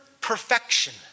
perfection